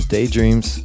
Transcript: Daydreams